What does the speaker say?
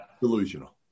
Delusional